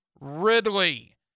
Ridley